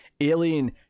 Alien